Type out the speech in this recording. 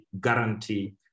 guarantee